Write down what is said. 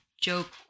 joke